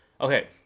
Okay